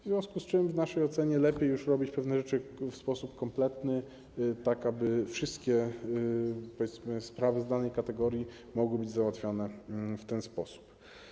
W związku z tym w naszej ocenie lepiej jest robić pewne rzeczy w sposób kompletny, aby wszystkie sprawy z danej kategorii mogły być załatwiane w ten sposób.